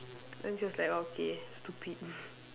then she was like okay stupid